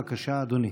בבקשה, אדוני.